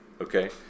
Okay